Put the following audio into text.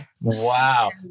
Wow